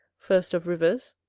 first of rivers,